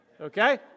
okay